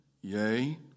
yea